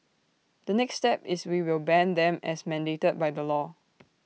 the next step is we will ban them as mandated by the law